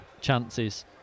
chances